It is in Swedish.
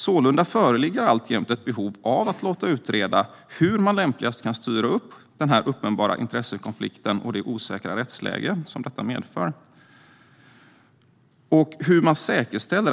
Sålunda föreligger alltjämt ett behov av att låta utreda hur man lämpligast kan styra upp den uppenbara intressekonflikten och det osäkra rättsläge som detta medför och hur man säkerställer